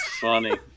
funny